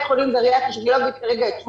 חולים גריאטרי שאני לא אגיד כרגע את שמו,